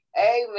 Amen